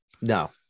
No